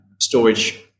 storage